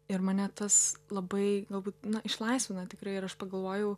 ir mane tas labai galbūt na išlaisvina tikrai ir aš pagalvojau